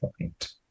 point